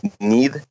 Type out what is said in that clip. need